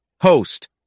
Host